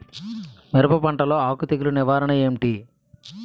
మిరప పంటలో ఆకు తెగులు నివారణ ఏంటి?